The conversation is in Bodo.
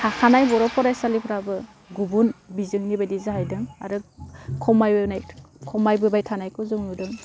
थाखानाय बर' फरायसालिफ्राबाे गुबुन बिजोंनिबादि जाहैदों आरो खमायबोनाय खमायबोबाय थानायखौ जों नुदों